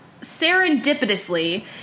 Serendipitously